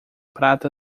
prata